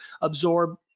absorb